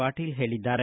ಪಾಟೀಲ ಹೇಳಿದ್ದಾರೆ